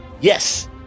yes